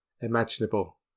imaginable